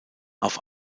auf